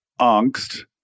angst